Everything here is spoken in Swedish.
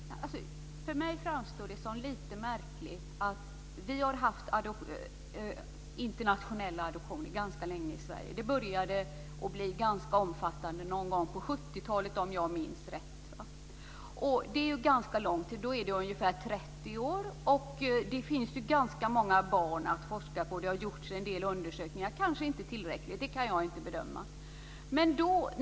Herr talman! För mig framstår det som lite märkligt. Vi har haft internationella adoptioner ganska länge i Sverige. Det började att bli rätt omfattande någon gång på 70-talet, om jag minns rätt. Det är ganska lång tid. Det är ungefär 30 år. Det finns ganska många barn att forska på. Det har gjorts en del undersökningar. Det är kanske inte tillräckligt. Det kan jag inte bedöma.